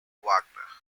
wagner